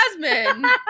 Jasmine